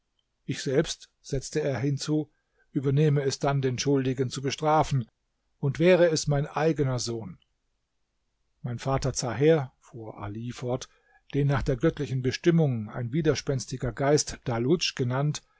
ich selbst setzte er hinzu übernehme es dann den schuldigen zu bestrafen und wäre es mein eigener sohn mein vater zaher fuhr ali fort den nach der göttlichen bestimmung ein widerspenstiger geist dalhudsch genannt